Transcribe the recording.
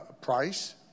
Price